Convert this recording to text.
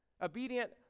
obedient